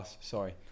sorry